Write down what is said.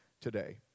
today